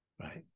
right